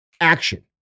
action